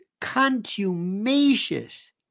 contumacious